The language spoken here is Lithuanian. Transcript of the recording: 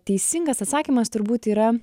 teisingas atsakymas turbūt yra